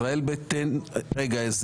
ישראל ביתנו רגע,